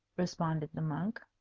responded the monk.